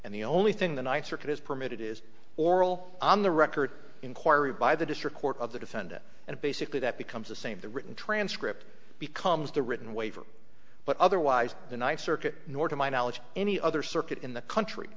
and the only thing the ninth circuit has permitted is oral on the record inquiry by the district court of the defendant and basically that becomes the same the written transcript becomes the written waiver but otherwise the ninth circuit nor to my knowledge any other circuit in the country